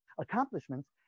accomplishments